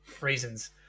reasons